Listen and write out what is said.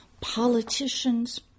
politicians